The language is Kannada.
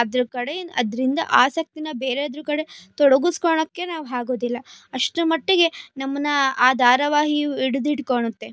ಅದ್ರ ಕಡೆ ಅದರಿಂದ ಆಸಕ್ತಿನ ಬೇರೆದ್ರ ಕಡೆ ತೊಡಗಿಸ್ಕೊಳ್ಳೋಕೆ ನಾವು ಆಗೋದಿಲ್ಲ ಅಷ್ಟ್ರ ಮಟ್ಟಿಗೆ ನಮ್ಮನ್ನು ಆ ಧಾರಾವಾಹಿಯು ಹಿಡಿದಿಟ್ಕೊಳುತ್ತೆ